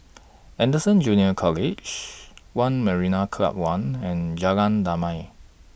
Anderson Junior College one Marina Club one and Jalan Damai